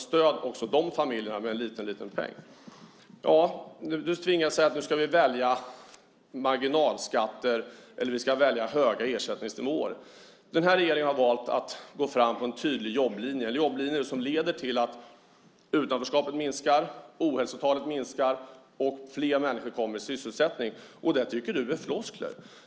Stöd också de familjerna med en liten peng! Du tvingas säga att vi nu ska välja marginalskatter eller höga ersättningsnivåer. Den här regeringen har valt att gå fram på en tydlig jobblinje, en jobblinje som leder till att utanförskapet minskar, att ohälsotalet minskar och att fler människor kommer i sysselsättning. Det tycker du är floskler.